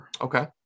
Okay